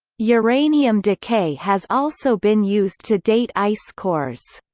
uranium decay has also been used to date ice cores.